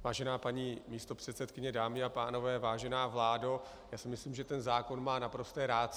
Vážená paní místopředsedkyně, dámy a pánové, vážená vládo, já si myslím, že ten zákon má naprosto ratio.